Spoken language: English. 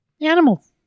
Animals